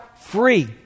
free